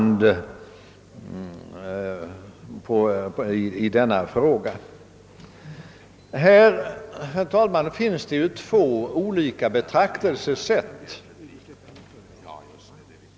Det finns härvidlag två olika betraktelsesätt.